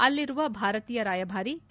ಅಲ್ಲಿರುವ ಭಾರತೀಯ ರಾಯಭಾರಿ ಕೆ